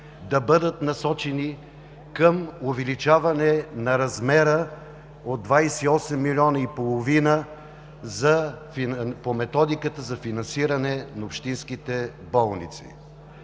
да бъдат насочени към увеличаване на размера от 28,5 милиона по методиката за финансиране на общинските болници.